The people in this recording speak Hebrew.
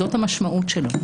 זאת המשמעות שלו.